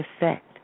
effect